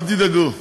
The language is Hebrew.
אל תדאגו.